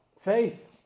faith